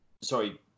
Sorry